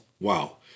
wow